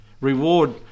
Reward